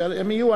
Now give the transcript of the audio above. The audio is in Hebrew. אז כשהם יהיו,